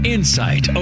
Insight